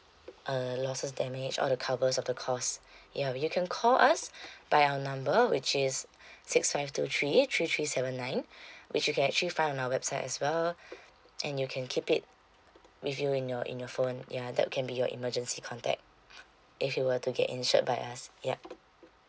uh losses damage all the covers of the cost ya you can call us by our number which is six five two three three three seven nine which you can actually find on our website as well and you can keep it with you in your in your phone ya that can be your emergency contact if you were to get insured by us yup